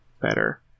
better